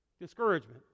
discouragement